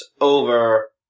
over